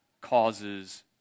causes